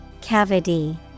Cavity